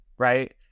Right